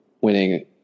winning